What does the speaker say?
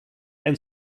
and